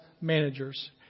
managers